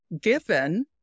given